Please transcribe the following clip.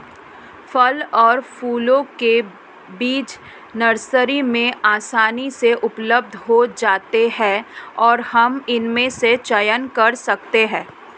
फल और फूलों के बीज नर्सरी में आसानी से उपलब्ध हो जाते हैं और हम इनमें से चयन कर सकते हैं